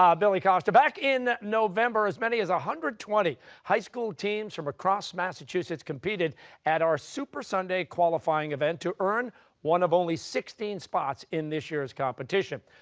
um billy costa. back in november, as many as one hundred twenty high school teams from across massachusetts competed at our super sunday qualifying event to earn one of only sixteen spots in this year's competition.